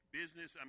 business